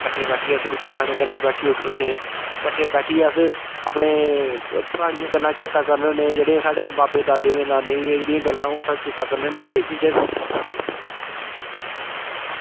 किट्ठे बैठियै अस रुट्टी खानी किट्ठे बैठियै उट्ठने होन्ने किट्ठे बैठियै अस अपने परानियां गल्लां चेत्तै करने होन्ने जेह्ड़े साढ़े बावे दादै नाने दियां जेह्ड़ियां गल्लां ओह् चेत्ता करने होन्ने ते एह् चीजां